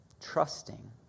trusting